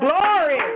glory